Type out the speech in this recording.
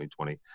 2020